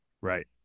Right